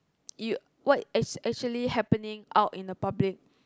you what is actually happening out in the public